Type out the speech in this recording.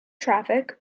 traffic